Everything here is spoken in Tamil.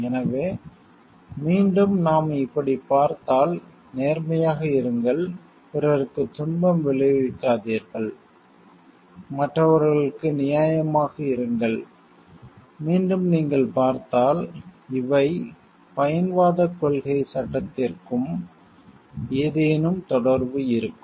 எனவே மீண்டும் நாம் இப்படிப் பார்த்தால் நேர்மையாக இருங்கள் பிறருக்குத் துன்பம் விளைவிக்காதீர்கள் மற்றவர்களுக்கு நியாயமாக இருங்கள் மீண்டும் நீங்கள் பார்த்தால் இவை பயன்வாதக் கொள்கை சட்டத்திற்கும் ஏதேனும் தொடர்பு இருக்கும்